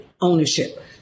ownership